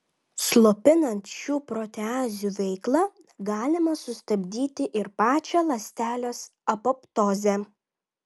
slopinant šių proteazių veiklą galima sustabdyti ir pačią ląstelės apoptozę